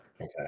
Okay